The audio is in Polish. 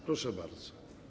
Proszę bardzo.